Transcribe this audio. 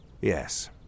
Yes